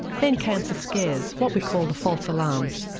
then cancer scares, what we call the false alarms.